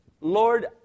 Lord